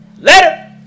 Later